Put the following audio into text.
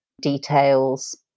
details